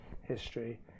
history